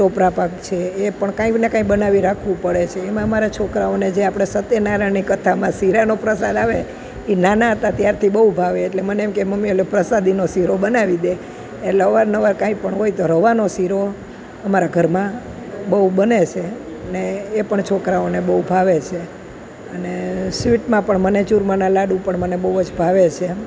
ટોપરા પાક છે એ પણ કાંઇકને કાંઈ બનાવી રાખવું પડે છે એમાં અમારા છોકરાઓને જે આપણે સત્ય નારાયણની કથામાં શીરાનો પ્રસાદ આવે એ નાના હતા ત્યારથી બહુ ભાવે એટલે મને એમ કહે મમ્મી ઓલો પ્રસાદીનો શીરો બનાવી દે એટલે અવાર નવાર કાંઇપણ હોય તો રવાનો શીરો અમારા ઘરમાં બહુ બને છે ને એ પણ છોકરાઓને બહુ ભાવે છે અને સ્વીટમાં પણ મને ચૂરમાના લાડુ પણ મને બહુ જ ભાવે છે એમ